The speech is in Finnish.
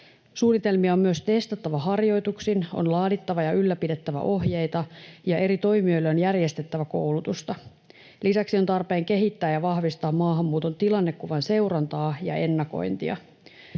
Suunnitelmia on myös testattava harjoituksin, on laadittava ja ylläpidettävä ohjeita ja eri toimijoille on järjestettävä koulutusta. Lisäksi on tarpeen kehittää ja vahvistaa maahanmuuton tilannekuvan seurantaa ja ennakointia.